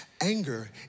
Anger